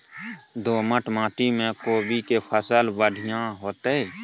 दोमट माटी में कोबी के फसल बढ़ीया होतय?